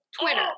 Twitter